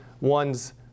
one's